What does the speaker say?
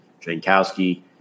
Jankowski